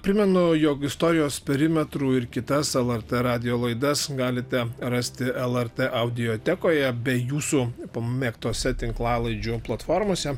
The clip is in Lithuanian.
primenu jog istorijos perimetrų ir kitas lrt radijo laidas galite rasti lrt audiotekoje bei jūsų pamėgtose tinklalaidžių platformose